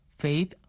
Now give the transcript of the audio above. faith